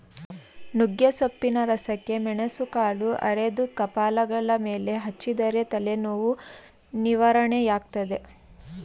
ನುಗ್ಗೆಸೊಪ್ಪಿನ ರಸಕ್ಕೆ ಮೆಣಸುಕಾಳು ಅರೆದು ಕಪಾಲಗಲ ಮೇಲೆ ಹಚ್ಚಿದರೆ ತಲೆನೋವು ನಿವಾರಣೆಯಾಗ್ತದೆ